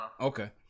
Okay